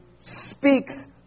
speaks